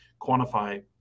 quantify